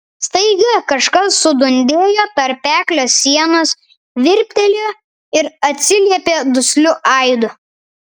staiga kažkas sudundėjo tarpeklio sienos virptelėjo ir atsiliepė dusliu aidu